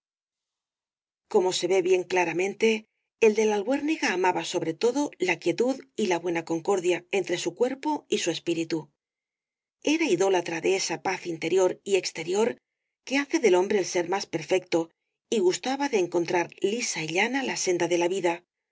como se ve bien claramente el de la albuérniga amaba sobre todo la quietud y la buena concordia entre su cuerpo y su espíritu era idólatra de esa paz interior y exterior que hace del hombre el ser más perfecto y gustaba de encontrar lisa y llana la senda de la vida